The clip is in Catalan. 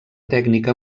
tècnica